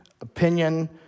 opinion